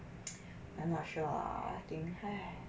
I'm not sure ah I think